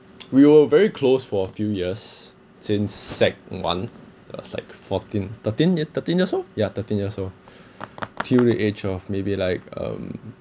we were very close for a few years since sec one that's like fourteen thirteen year thirteen years old yeah thirteen years old till the age of maybe like um